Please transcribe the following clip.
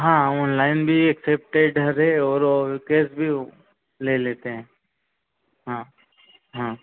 हाँ ओनलाइन भी एक्सेप्ट है इधर है और और कैस भी वह ले लेते हैं हाँ हाँ